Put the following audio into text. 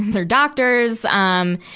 they're doctors, um,